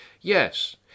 yes